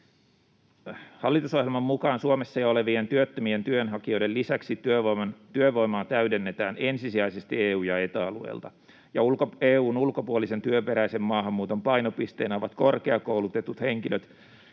Hallitusohjelman mukaan Suomessa jo olevien työttömien työnhakijoiden lisäksi työvoimaa täydennetään ensisijaisesti EU- ja Eta-alueilta, ja EU:n ulkopuolisen työperäisen maahanmuuton painopisteenä ovat korkeakoulutetut henkilöt